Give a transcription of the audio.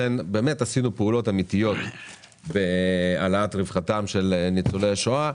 כך שבאמת עשינו פעולות אמיתיות להעלאת רווחתם של ניצולי השואה,